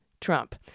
Trump